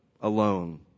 Alone